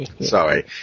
Sorry